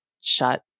shut